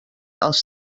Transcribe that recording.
els